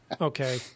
okay